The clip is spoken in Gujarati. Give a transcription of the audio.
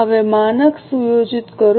હવે માનક સુયોજિત કરો